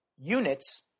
units